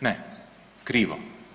Ne, krivo.